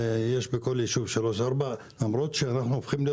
בכל יישוב יש 4-3. אנחנו הופכים להיות